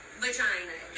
vagina